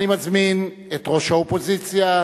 אני מזמין את ראש האופוזיציה,